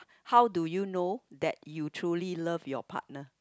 how do you know that you truly love your partner